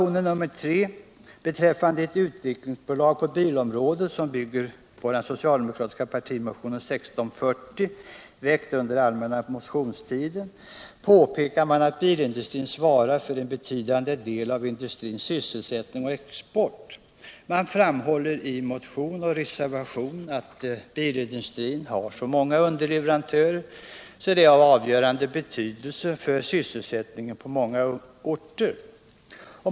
I reservation 3 beträffande ett utvecklingsbolag på bilområdet, som bygger på den socialdemokratiska partimotionen 1640, väckt under allmänna motionstiden, påpekar man att bilindustrin svarar för en betydande del av industrins sysselsättning och export. Man framhåller i motion och reservation att bilindustrin har så många underleverantörer att den är av avgörande betydelse för sysselsättningen på många orter.